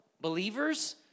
Believers